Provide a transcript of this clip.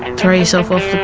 throw yourself off